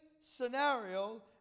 scenario